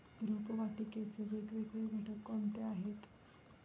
रोपवाटिकेचे वेगवेगळे घटक कोणते आहेत?